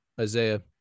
isaiah